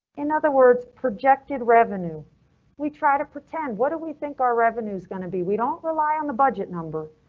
in other words, projected revenue we try to pretend. what do we think our revenue is going to be? we don't rely on the budget number.